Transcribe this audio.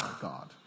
God